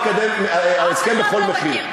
ענת, אני לא אחתום ולא אקדם הסכם בכל מחיר.